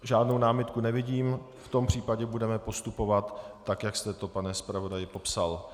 Žádnou námitku nevidím, v tom případě budeme postupovat tak, jak jste to, pane zpravodaji, popsal.